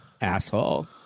asshole